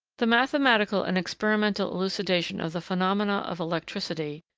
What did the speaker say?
the mathematical and experimental elucidation of the phenomena of electricity,